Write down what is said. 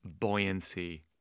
buoyancy